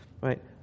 right